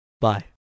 Bye